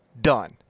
Done